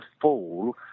fall